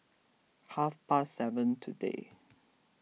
half past seven today